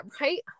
right